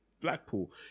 Blackpool